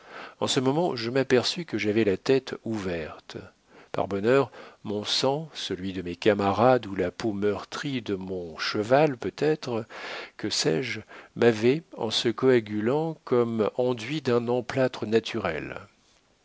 en ce moment je m'aperçus que j'avais la tête ouverte par bonheur mon sang celui de mes camarades ou la peau meurtrie de mon cheval peut-être que sais-je m'avait en se coagulant comme enduit d'un emplâtre naturel